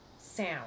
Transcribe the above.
sound